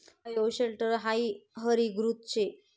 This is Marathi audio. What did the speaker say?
बायोशेल्टर हायी हरितगृह शे